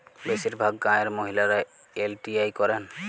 বেশিরভাগ গাঁয়ের মহিলারা এল.টি.আই করেন